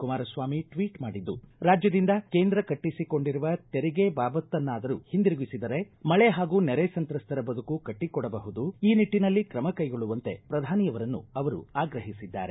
Kumaraswamy tweet ಮಾಡಿದ್ದು ರಾಜ್ಯದಿಂದ ಕೇಂದ್ರ ಕಟ್ಟಿಸಿಕೊಂಡಿರುವ ತೆರಿಗೆ ಬಾಬತ್ತನ್ನಾದರೂ ಹಿಂದಿರುಗಿಸಿದರೆ ಮಳೆ ಹಾಗೂ ನೆರೆ ಸಂತ್ರಸ್ತರ ಬದುಕು ಕಟ್ಟಕೊಡಬಹುದು ಈ ನಿಟ್ಟನಲ್ಲಿ ಕ್ರಮ ಕೈಗೊಳ್ಳುವಂತೆ ಪ್ರಧಾನಿಯವರನ್ನು ಅವರು ಆಗ್ರಹಿಸಿದ್ದಾರೆ